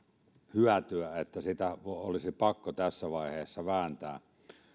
hyötyä että sitä olisi pakko tässä vaiheessa vääntää